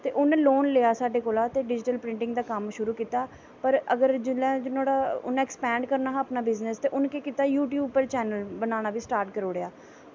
ते उ'नै लोन लेआ साढ़ै कोला दा ते डिजटल प्रिंटिंग दा कम्म शुरु कीता ऐ जिसलै नोहाड़ा अक्सपैंड़ करना हा अपना बिज़नस ते उन्न केह् कीता यूटयूब पर चैन्नल बनाना बी स्टार्ट करी ओड़ेआ